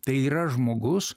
tai yra žmogus